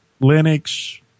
Linux